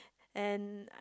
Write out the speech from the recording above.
and